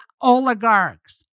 oligarchs